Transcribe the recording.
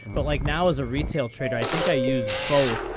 but like now as a retail trader, i think i use both.